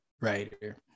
writer